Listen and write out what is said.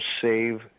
save